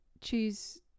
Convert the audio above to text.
choose